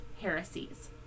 heresies